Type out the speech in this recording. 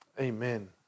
Amen